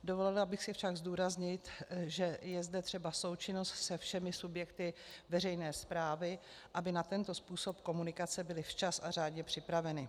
Dovolila bych si však zdůraznit, že je zde třeba součinnost se všemi subjekty veřejné správy, aby na tento způsob komunikace byly včas a řádně připraveny.